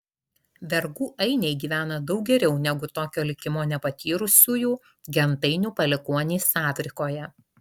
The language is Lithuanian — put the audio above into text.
vergų ainiai gyvena daug geriau negu tokio likimo nepatyrusiųjų gentainių palikuonys afrikoje